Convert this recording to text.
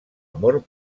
amor